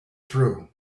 through